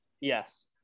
Yes